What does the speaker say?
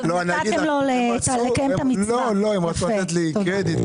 --- אז נתתם לו --- הם רצו לתת לי קרדיט,